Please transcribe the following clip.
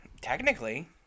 Technically